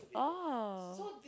oh